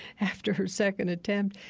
after her second attempt.